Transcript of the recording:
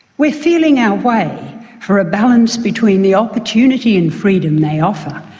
we're feeling our way for a balance between the opportunity and freedom they offer,